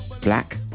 Black